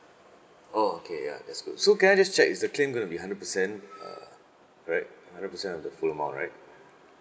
oh okay ya that's good so can I just check is the claim gonna be hundred percent uh right hundred percent of the full amount right